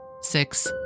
six